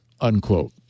unquote